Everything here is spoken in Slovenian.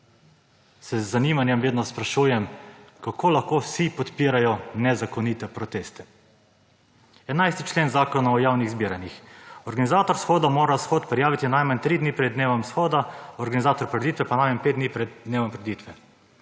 se z zanimanjem vedno sprašujem, kako lahko vsi podpirajo nezakonite proteste. 11. člen Zakona o javnih zbiranjih: »Organizator shoda mora shod prijaviti najmanj tri dni pred dnevom shoda, organizator prireditve pa najmanj pet dni pred dnevom prireditve.«